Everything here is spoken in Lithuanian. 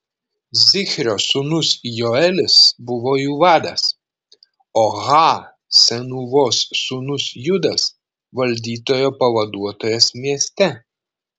zichrio sūnus joelis buvo jų vadas o ha senūvos sūnus judas valdytojo pavaduotojas mieste